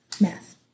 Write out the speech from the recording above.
Math